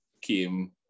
came